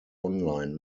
online